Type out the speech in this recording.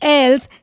else